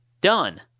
Done